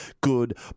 good